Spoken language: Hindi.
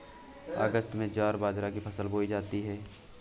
अगस्त में ज्वार बाजरा की फसल बोई जाती हैं